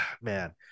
man